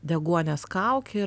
deguonies kaukė ir